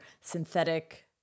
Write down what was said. synthetic